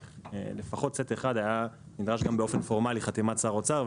ולפחות בסט אחד הייתה נדרשת באופן פורמלי חתימת שר האוצר.